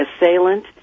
assailant